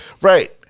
Right